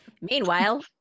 meanwhile